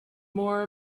more